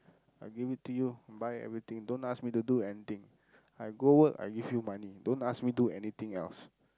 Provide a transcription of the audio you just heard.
I give it to you buy everything don't ask me to do anything I go work I give you money don't ask me do anything else